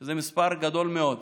זה מספר גדול מאוד,